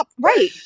right